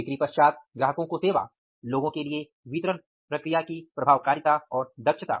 बिक्री पश्चात् ग्राहकों को सेवा लोगों के लिए वितरण प्रक्रिया की प्रभावकारिता और दक्षता